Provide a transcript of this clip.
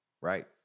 Right